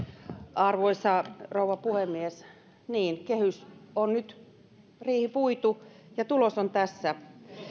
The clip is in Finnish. arvoisa rouva puhemies niin kehysriihi on nyt puitu ja tulos on tässä